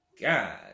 god